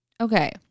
Okay